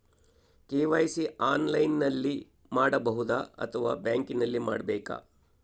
KYC ಆನ್ಲೈನಲ್ಲಿ ಮಾಡಬಹುದಾ ಅಥವಾ ಬ್ಯಾಂಕಿನಲ್ಲಿ ಮಾಡ್ಬೇಕಾ?